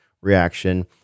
reaction